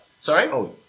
Sorry